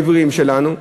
העבריים שלנו,